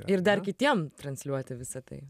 ir dar kitiem transliuoti visa tai